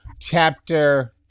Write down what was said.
chapter